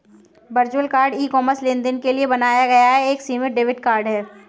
virtual card e commerce लेनदेन के लिए बनाया गया एक सीमित डेबिट कार्ड है